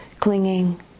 clinging